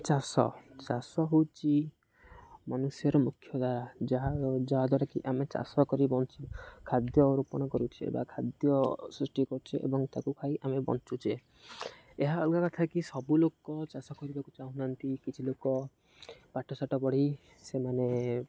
ଚାଷ ଚାଷ ହଉଚି ମନୁଷ୍ୟର ମୁଖ୍ୟଦ୍ଵାରାଯାହା ଯାହାଦ୍ୱାରା କିି ଆମେ ଚାଷ କରି ବଛୁ ଖାଦ୍ୟରୋପଣ କରୁଛେ ବା ଖାଦ୍ୟ ସୃଷ୍ଟି କରୁଛେ ଏବଂ ତାକୁ ଖାଇ ଆମେ ବଞ୍ଚୁଛେ ଏହା ଅଲଗା ଥାଏ କିି ସବୁ ଲୋକ ଚାଷ କରିବାକୁ ଚାହୁନାହାନ୍ତି କିଛି ଲୋକ ପାଠଶାଠ ପଢ଼ି ସେମାନେ